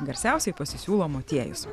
garsiausiai pasisiūlo motiejus